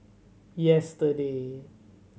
yesterday